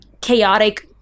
chaotic